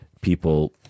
people